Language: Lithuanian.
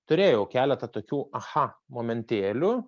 turėjau keletą tokių aha momentėlių